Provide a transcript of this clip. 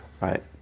right